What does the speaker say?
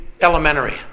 elementary